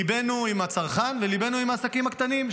ליבנו עם הצרכן וליבנו עם העסקים הקטנים,